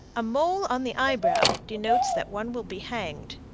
a mole on the eyebrow denotes that one will be hanged.